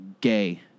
Gay